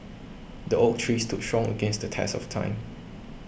the oak tree stood strong against the test of time